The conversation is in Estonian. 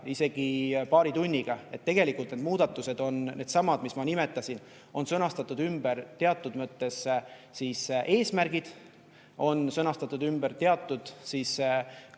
isegi paari tunniga. Tegelikult need muudatused on needsamad, mis ma nimetasin, et on sõnastatud ümber teatud mõttes eesmärgid, on sõnastatud ümber teatud